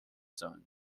soon